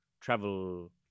Travel